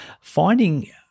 finding